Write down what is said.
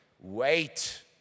wait